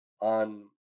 On